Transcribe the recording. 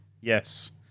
yes